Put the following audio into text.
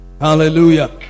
Hallelujah